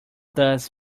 does